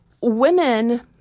women